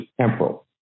temporal